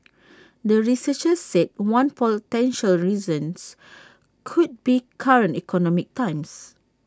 the researchers said one potential reasons could be current economic times